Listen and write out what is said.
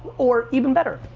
or, even better,